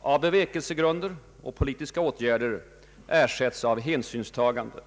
av bevekelsegrunder och politiska åtgärder ersättes av hänsynstagande.